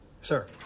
Sir